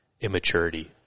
immaturity